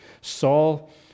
Saul